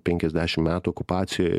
penkiasdešim metų okupacijoj